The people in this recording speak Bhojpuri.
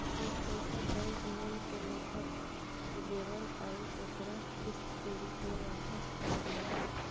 ई पइसा बैंक लोन के लेखा देवेल अउर ओके किस्त के रूप में वापस काट लेला